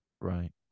right